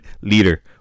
leader